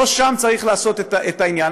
לא שם צריך לעשות את העניין.